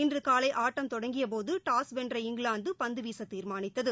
இன்று காலை ஆட்டம் தொடங்கியபோது டாஸ் வென்ற இங்கிலாந்து பந்து வீச தீர்மானித்தது